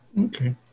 Okay